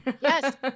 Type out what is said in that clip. yes